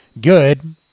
good